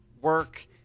work